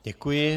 Děkuji.